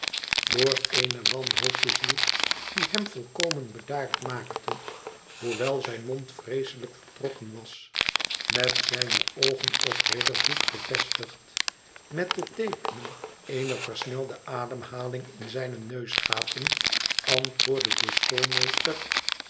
door eene wanhoop bezield die hem volkomen bedaard maakte hoewel zijn mond vreeselijk vertrokken was met zijne oogen op riderhood gevestigd met de teekenen eener versnelde ademhaling in zijne neusgaten antwoordde de